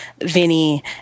Vinny